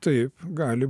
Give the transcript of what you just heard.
taip gali